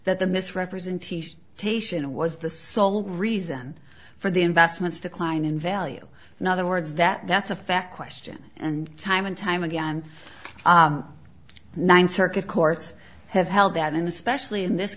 that the misrepresentation taishan was the sole reason for the investments decline in value in other words that that's a fact question and time and time again nine circuit courts have held that in especially in this